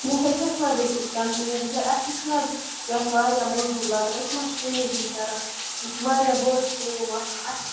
کیٚنٛہہ ہیٚکیٚس نَہ گٔژھِتھ کۄنسیشن تِکیٛازِ اسہِ تہِ چھِ نا حظ یَتھ واریاہ مزوٗرۍ لَگان أسۍ ما چھِ کُنے زٔنۍ کَران یہِ چھِ واریاہ بٔڑ کٲم آسان اسہِ چھِ